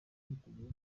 niteguye